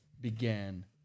began